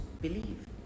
believe